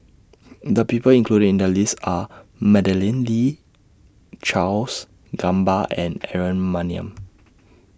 The People included in The list Are Madeleine Lee Charles Gamba and Aaron Maniam